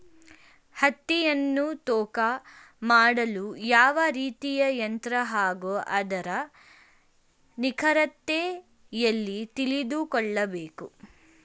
ಹತ್ತಿಯನ್ನು ತೂಕ ಮಾಡಲು ಯಾವ ರೀತಿಯ ಯಂತ್ರ ಹಾಗೂ ಅದರ ನಿಖರತೆ ಎಲ್ಲಿ ತಿಳಿದುಕೊಳ್ಳಬೇಕು?